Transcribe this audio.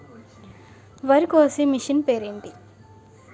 వరి కోసే మిషన్ పేరు ఏంటి